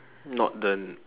not the